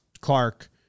Clark